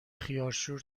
خیارشور